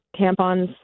Tampons